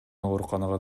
ооруканага